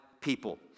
people